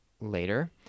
later